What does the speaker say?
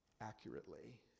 accurately